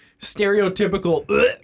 stereotypical